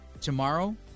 Tomorrow